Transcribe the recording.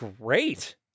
great